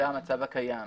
וזה המצב הקיים.